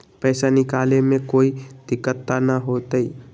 पैसा निकाले में कोई दिक्कत त न होतई?